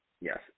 Yes